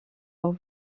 leurs